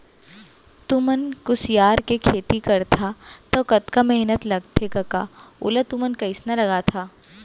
तुमन कुसियार के खेती करथा तौ कतका मेहनत लगथे कका ओला तुमन कइसना लगाथा